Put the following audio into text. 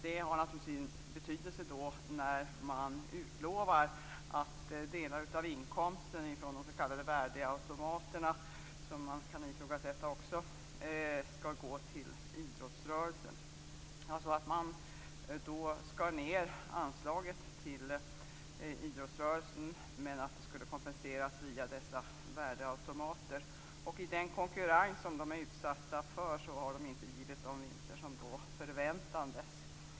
Det har naturligtvis sin betydelse när man utlovar att delar av inkomsten från de s.k. värdeautomaterna - vilka också kan ifrågasättas - skall gå till idrottsrörelsen. Man skar alltså ned anslaget till idrottsrörelsen, men det skulle kompenseras via dessa värdeautomater. I den konkurrens som de är utsatta för har de nu inte givit de vinster som förväntades.